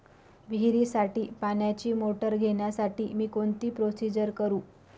विहिरीसाठी पाण्याची मोटर घेण्यासाठी मी कोणती प्रोसिजर करु?